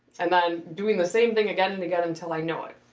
and then doing the same thing again and again until i know it.